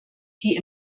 die